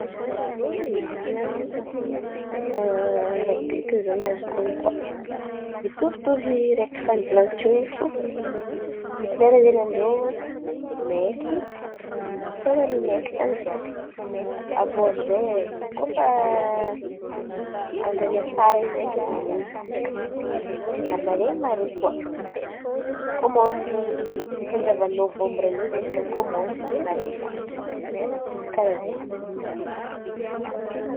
Toetrandra amin-drô Malezia an̈y rabekiny zio ny azoko honon̈o koa, mitovitovy araiky fa nivolan̈iko tio in̈y fo. Misy lera zen̈y amin-drô iô maiky, ten̈a ny maiky tan̈y jiàby. Avô aminjay koa fa andran’asara in̈y ndraiky malen̈y latsaka, ary malen̈y mare koa. Kômansy fanjavan’ny nôvambra iô zen̈y mikômansy malen̈y latsaka io, karàha ze.